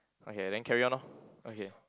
okay then carry on lor okay